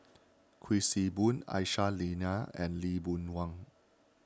Kuik Swee Boon Aisyah Lyana and Lee Boon Wang